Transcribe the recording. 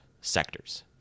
sectors